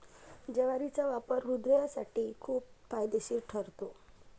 ज्वारीचा वापर हृदयासाठी खूप फायदेशीर ठरतो